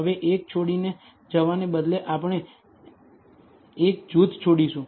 હવે એક છોડીને જવાને બદલે આપણે એક જૂથ છોડીશું